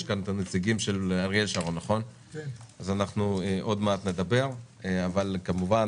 נמצאים כאן הנציגים ואנחנו עוד מעט נדבר איתם.